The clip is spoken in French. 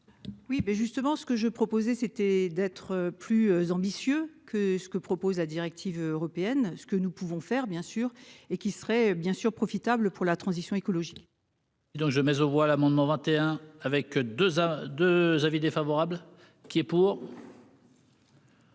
Oui mais justement, ce que je proposais c'était d'être plus ambitieux que ce que propose la directive européenne, ce que nous pouvons faire bien sûr et qui serait bien sûr profitable pour la transition écologique.-- Donc je mets aux voix l'amendement 21, avec 2 à 2 avis défavorable qui est pour.